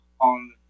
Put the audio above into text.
on